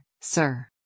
sir